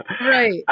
Right